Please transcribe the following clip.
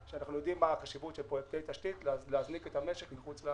כשאנחנו יודעים את החשיבות של